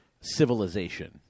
civilization